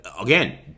again